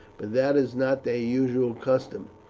but that is not their usual custom.